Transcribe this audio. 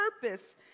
purpose